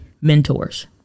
mentors